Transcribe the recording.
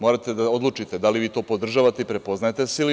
Morate da odlučite da li vi to podražavate i prepoznajete se ili ne?